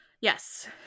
Yes